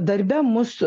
darbe mus